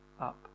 up